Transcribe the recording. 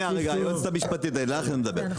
היועצת המשפטית אליך אני מדבר.